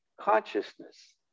consciousness